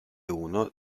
uno